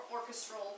Orchestral